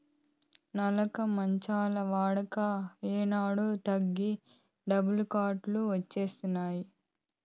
నులక మంచాల వాడక ఏనాడో తగ్గి డబుల్ కాట్ లు వచ్చినాయి